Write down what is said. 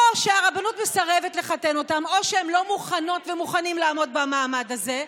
שאו שהרבנות מסרבת לחתן אותם או שהם לא מוכנות ומוכנים לעמוד במעמד הזה,